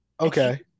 okay